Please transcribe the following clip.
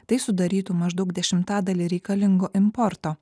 tai sudarytų maždaug dešimtadalį reikalingo importo